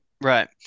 Right